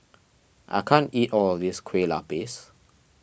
I can't eat all of this Kueh Lapis